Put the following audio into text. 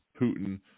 Putin